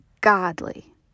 godly